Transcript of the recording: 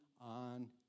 on